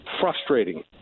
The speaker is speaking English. frustrating